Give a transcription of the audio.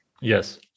Yes